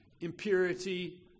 impurity